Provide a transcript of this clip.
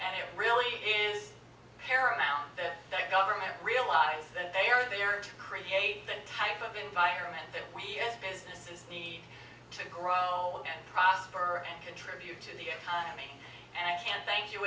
and it really is paramount that government realize that they are there to create the type of environment that we as businesses need to grow and prosper and contribute to the economy and i can't thank you